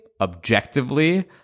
objectively